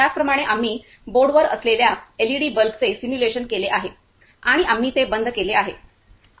त्याचप्रमाणे आम्ही बोर्डवर असलेल्या एलईडी बल्बचे सिम्युलेशन केले आहे आणि आम्ही ते बंद केले आहे